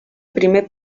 primer